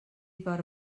per